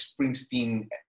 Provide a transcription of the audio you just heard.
Springsteen